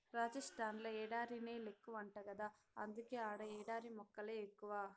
రాజస్థాన్ ల ఎడారి నేలెక్కువంట గదా అందుకే ఆడ ఎడారి మొక్కలే ఎక్కువ